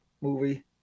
movie